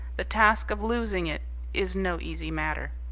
the task of losing it is no easy matter.